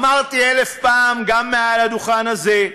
אמרתי אלף פעם גם מעל הדוכן הזה,